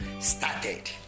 started